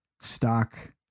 stock